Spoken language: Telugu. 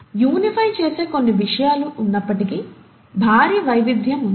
యూనిఫై చేసే కొన్ని విషయాలు ఉన్నప్పటికీ భారీ వైవిధ్యం ఉంది